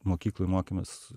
mokykloj mokėmės